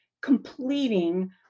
completing